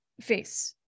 face